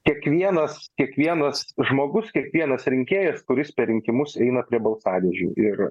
kiekvienas kiekvienas žmogus kiekvienas rinkėjas kuris per rinkimus eina prie balsadėžių ir